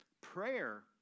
Prayer